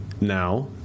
now